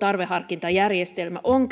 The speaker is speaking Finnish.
tarveharkintajärjestelmä on